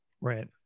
Right